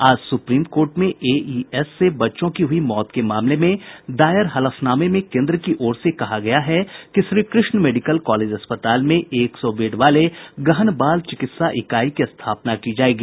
आज supreme court में AES से बच्चों की हुई मौत के मामले में दायर हलफनामे में केन्द्र की ओर से कहा गया है कि श्रीकृष्ण मेडिकल कॉलेज अस्पताल में एक सौ बेड वाले गहन बाल चिकित्सा इकाई की स्थापना की जायेगी